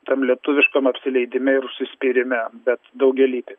tam lietuviškam apsileidime ir užsispyrime bet daugelypė